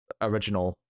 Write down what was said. original